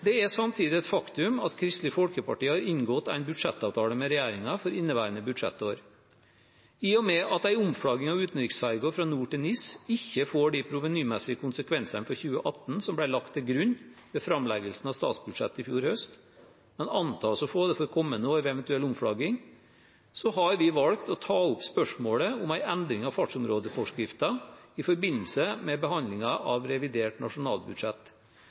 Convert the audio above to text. Det er samtidig et faktum at Kristelig Folkeparti har inngått en budsjettavtale med regjeringen for inneværende budsjettår. I og med at en omflagging av utenriksferjer fra NOR til NIS ikke får de provenymessige konsekvensene for 2018 som ble lagt til grunn ved framleggelsen av statsbudsjettet i fjor høst, men antas å få det for kommende år ved eventuell omflagging, har vi valgt å ta opp spørsmålet om en endring av fartsområdeforskriften i forbindelse med behandlingen av revidert nasjonalbudsjett.